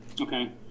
okay